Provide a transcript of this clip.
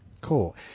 Cool